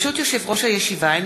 ברשות יושב-ראש הישיבה,